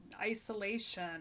isolation